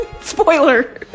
Spoiler